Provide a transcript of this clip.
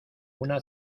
una